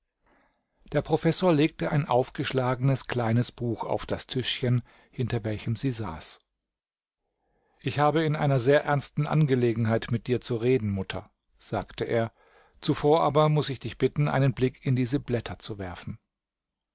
der professor legte ein aufgeschlagenes kleines buch auf das tischchen hinter welchem sie saß ich habe in einer sehr ernsten angelegenheit mit dir zu reden mutter sagte er zuvor aber muß ich dich bitten einen blick in diese blätter zu werfen